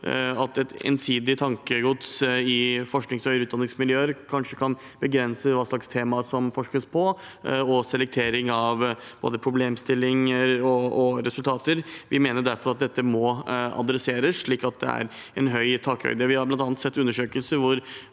at et ensidig tankegods i forsknings- og utdanningsmiljøer kanskje kan begrense hva slags temaer det forskes på og selektering av både problemstillinger og resultater. Vi mener derfor at dette må tas tak i, slik at det er stor takhøyde. Vi har bl.a. sett undersøkelser